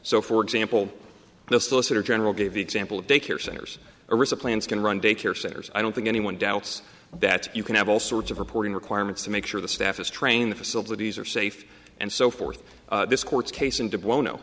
so for example the solicitor general gave the example of daycare centers arisa plants can run daycare centers i don't think anyone doubts that you can have all sorts of reporting requirements to make sure the staff is training the facilities are safe and so forth this court case in de bono